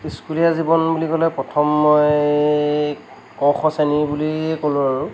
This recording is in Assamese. স্কুলীয়া জীৱন বুলি ক'লে প্ৰথম মই ক খ শ্ৰেণী বুলিয়ে ক'লোঁ আৰু